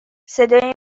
صدای